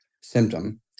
symptom